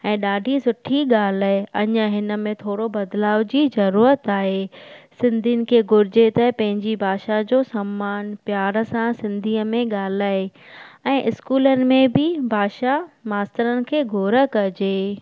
ऐं ॾाढी सुठी ॻाल्हि आहे अञा हिन में थोरो बदिलाव जी ज़रूरत आहे सिंधीयुनि खे घुर्जे त पंहिंजी भाषा जो समानु प्यार सां सिंधीअ में ॻाल्हाए ऐं स्कूलनि में बि भाषा मास्तरनि खे घूर कजे